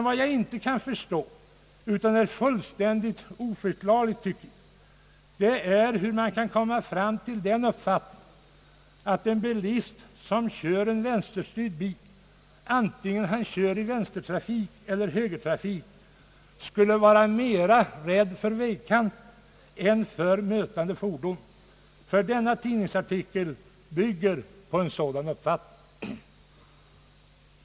Vad jag inte kan förstå är däremot hur man kan komma fram till den uppfattningen att en bilist som kör en vänsterstyrd bil — antingen han kör i vänstertrafik eller i högertrafik — kan vara mera rädd för vägkanten än för mötande fordon. Tidningsartikeln bygger på en sådan uppfattning.